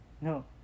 No